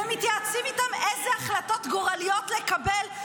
ומתייעצים איתם איזה החלטות גורליות לקבל,